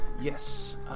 yes